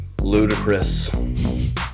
Ludicrous